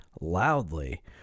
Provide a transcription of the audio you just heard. loudly